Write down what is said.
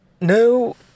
No